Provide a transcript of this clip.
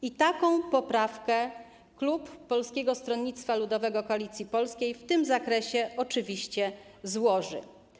I taką poprawkę klub Polskiego Stronnictwa Ludowego - Koalicji Polskiej w tym zakresie oczywiście złoży.